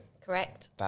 Correct